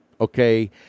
okay